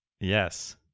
Yes